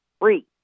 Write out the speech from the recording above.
free